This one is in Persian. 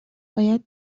باید